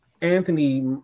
Anthony